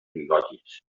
bigotis